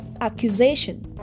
accusation